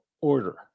order